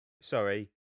sorry